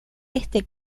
este